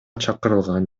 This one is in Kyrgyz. чакырылган